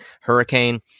hurricane